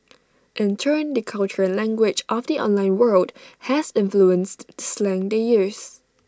in turn the culture and language of the online world has influenced the slang they years